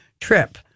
trip